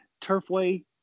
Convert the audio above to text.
Turfway